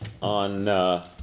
on